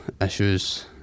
issues